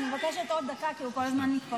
אני מבקשת עוד דקה, כי הוא כל הזמן מתפרץ.